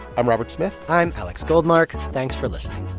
i'm robert smith i'm alex goldmark. thanks for listening